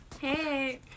Hey